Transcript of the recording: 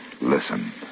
Listen